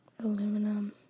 Aluminum